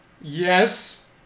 yes